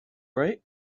right